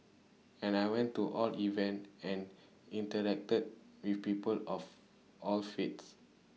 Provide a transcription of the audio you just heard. and I went to all events and interacted with people of all faiths